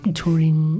touring